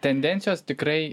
tendencijos tikrai